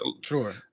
Sure